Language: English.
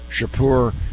Shapur